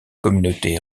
communauté